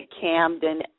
Camden